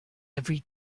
every